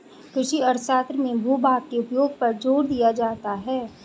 कृषि अर्थशास्त्र में भूभाग के उपयोग पर जोर दिया जाता है